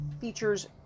features